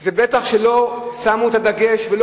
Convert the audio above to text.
זה בטח מכיוון שלא שמו את הדגש ולא